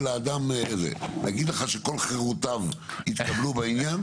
האדם - להגיד לך שכל חירויותיו יתקבלו בעניין?